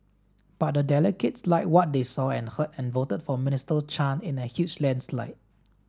but the delegates liked what they saw and heard and voted for Minister Chan in a huge landslide